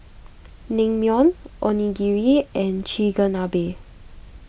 Naengmyeon Onigiri and Chigenabe